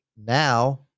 now